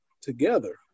together